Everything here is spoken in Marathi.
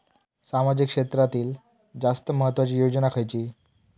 सामाजिक क्षेत्रांतील जास्त महत्त्वाची योजना खयची?